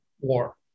war